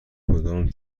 کدام